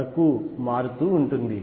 వరకు మారుతూ ఉంటుంది